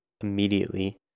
immediately